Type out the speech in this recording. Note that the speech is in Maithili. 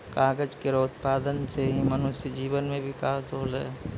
कागज केरो उत्पादन सें ही मनुष्य जीवन म बिकास होलै